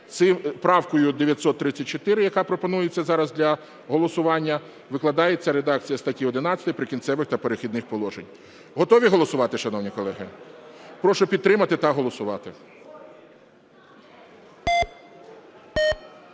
Правкою 934, яка пропонується зараз для голосування, викладається редакція статті 11 "Прикінцевих та перехідних положень". Готові голосувати, шановні колеги? Прошу підтримати та голосувати.